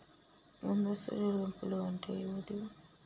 ముందస్తు చెల్లింపులు అంటే ఏమిటి?